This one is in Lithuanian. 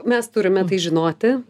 mes turime tai žinoti